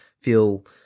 feel